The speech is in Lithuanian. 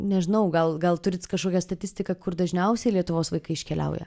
nežinau gal gal turit kažkokią statistiką kur dažniausiai lietuvos vaikai iškeliauja